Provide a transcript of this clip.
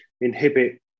inhibit